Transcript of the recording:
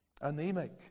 anemic